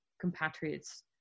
compatriots